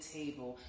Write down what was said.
table